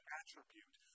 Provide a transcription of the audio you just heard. attribute